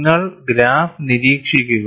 നിങ്ങൾ ഗ്രാഫ് നിരീക്ഷിക്കുക